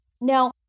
Now